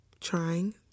trying